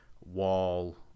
wall